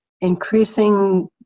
increasing